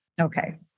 okay